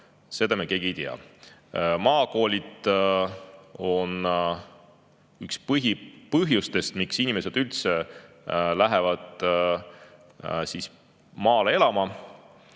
seda me keegi ei tea. Maakoolid on üks põhipõhjustest, miks inimesed üldse lähevad maale elama.